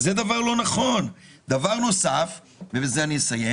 דבר נוסף, ובזה אני אסיים